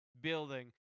Building